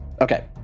Okay